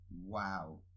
wow